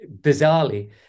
bizarrely